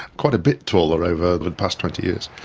quite a bit taller over but the past twenty years,